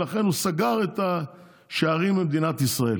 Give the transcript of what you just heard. ולכן הוא סגר את השערים במדינת ישראל